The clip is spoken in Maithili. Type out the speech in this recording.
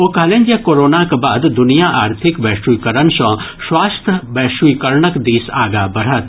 ओ कहलनि जे कोरोनाक बाद दुनिया आर्थिक वैश्वीकरण सँ स्वास्थ्य वैश्वीकरणक दिस आगां बढ़त